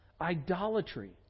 Idolatry